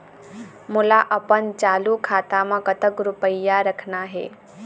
मोला अपन चालू खाता म कतक रूपया रखना हे?